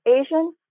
Asian